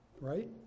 right